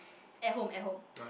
at home at home